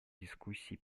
дискуссий